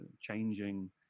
changing